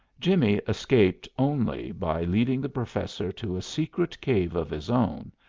jimmie escaped only by leading the professor to a secret cave of his own,